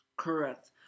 Correct